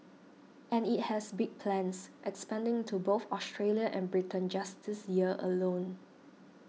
and it has big plans expanding to both Australia and Britain just this year alone